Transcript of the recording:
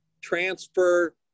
transfer